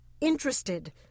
interested